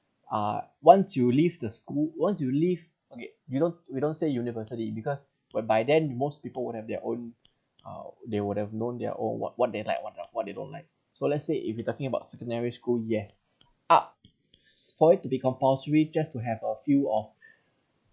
uh once you leave the school once you leave okay you don't we don't say university because when by then most people would have their own uh they would have known their own [what] what they like what they don't like so let's say if you're talking about secondary school yes ah for it to be compulsory just to have a few of